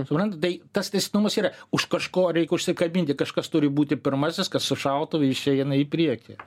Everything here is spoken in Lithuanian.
suprantat tai tas tęstinumas yra už kažko reikia užsikabinti kažkas turi būti pirmasis kas su šautuvu išeina į priekį